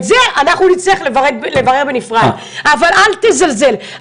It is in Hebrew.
את זה אנחנו נצטרך לברר בנפרד, אבל אל תזלזל.